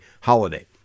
holiday